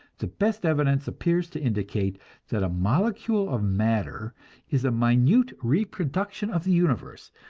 the best evidence appears to indicate that a molecule of matter is a minute reproduction of the universe,